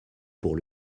pour